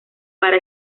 para